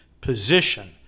position